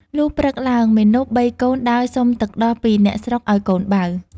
លុះព្រឹកឡើងមាណពបីកូនដើរសុំទឹកដោះពីអ្នកស្រុកឲ្យកូនបៅ។